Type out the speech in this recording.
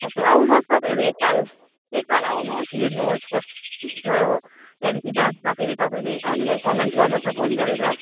सबै आउनुहोस् तपाईँहरू एकताल एकताल आउनुहोस् हेर्नुहोस् कस्तो हुन्छ हो त्यहाँदेखिको बादमा फेरि तपाईँहरूले हामीलाई कमेन्ट गर्नुहोस् न फोन गरेर